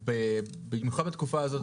במיוחד בתקופה הזאת